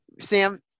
Sam